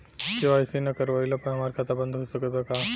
KYC ना करवाइला पर हमार खाता बंद हो सकत बा का?